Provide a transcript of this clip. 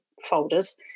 folders